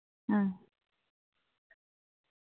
हां